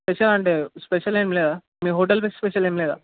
special అంటే special ఏమి లేవా మీ హోటల్ స్పెషల్ ఏమి లేదా